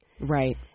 Right